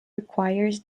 requires